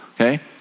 Okay